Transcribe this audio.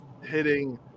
hitting